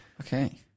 Okay